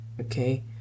Okay